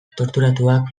torturatuak